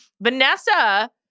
Vanessa